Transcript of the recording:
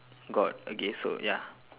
god okay so ya